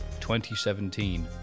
2017